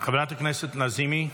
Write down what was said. חברת הכנסת לזימי,